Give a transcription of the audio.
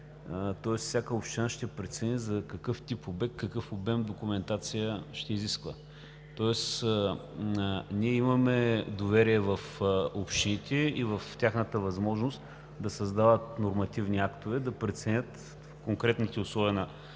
– всяка община ще прецени за какъв тип обект, какъв обем документация ще изисква. Ние имаме доверие в общините и в тяхната възможност да създават нормативни актове, да преценят конкретните условия на